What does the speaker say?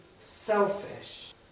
selfish